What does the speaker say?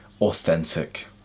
authentic